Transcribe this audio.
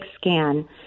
scan